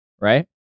right